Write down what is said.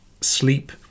sleep